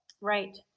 Right